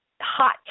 hot